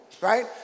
right